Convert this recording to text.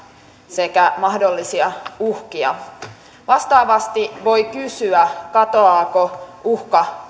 sekä mahdollisia uhkia vastaavasti voi kysyä katoaako uhka